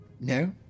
No